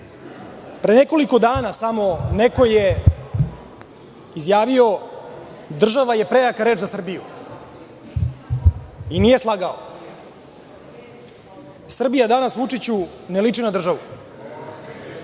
nekoliko dana samo neko je izjavio – država je prejaka reč za Srbiju i nije slagao. Srbija danas Vučiću, ne liči na državu.